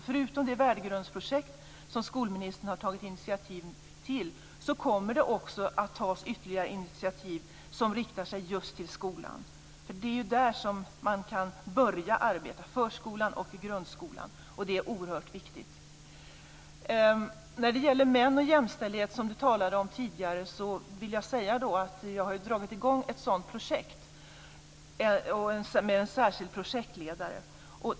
Förutom det värdegrundsprojekt som skolministern har tagit initiativ till kommer det att tas ytterligare initiativ som riktar sig just till skolan, för det är där som man kan börja arbeta - förskolan och grundskolan. Det är oerhört viktigt. När det gäller män och jämställdhet som Agne Hansson talade om tidigare vill jag säga att jag har dragit i gång ett sådant projekt med en särskild projektledare.